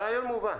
הרעיון מובן.